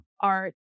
art